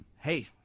hey